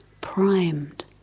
Primed